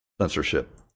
censorship